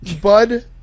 Bud